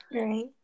Right